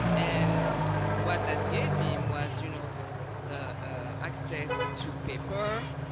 and and what that gave him was you know ah access to paper,